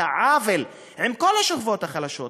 העוול עם כל השכבות החלשות,